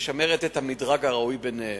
את המדרג הראוי ביניהן.